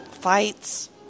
fights